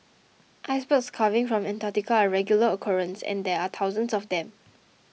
icebergs calving from Antarctica are a regular occurrence and there are thousands of them